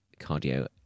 cardio